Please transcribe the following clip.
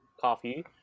coffee